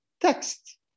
text